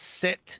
sit